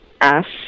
ash